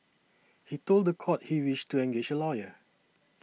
he told the court he wished to engage a lawyer